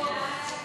(סמכויות אכיפה,